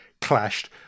clashed